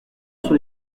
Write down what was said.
sur